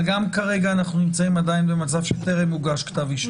אבל כרגע אנחנו עדיין נמצאים במצב שטרם הוגש כתב אישום.